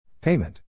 Payment